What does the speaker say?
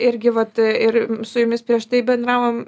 irgi vat ir su jumis prieš tai bendravom